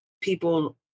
people